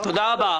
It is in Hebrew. תודה רבה.